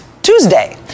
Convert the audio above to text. Tuesday